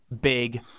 big